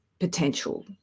potential